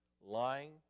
lying